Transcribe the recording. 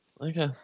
Okay